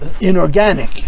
inorganic